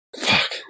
Fuck